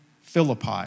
Philippi